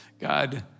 God